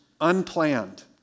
unplanned